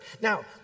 Now